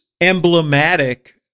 emblematic